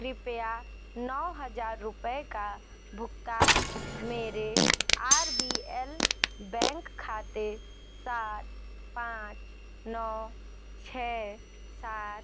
कृपया नौ हज़ार रुपये का भुक्कान मेरे आर बी एल बैंक खाते सात पाँच नौ छः सात